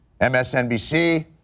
MSNBC